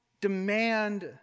demand